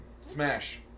Smash